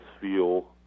feel